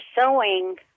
sewing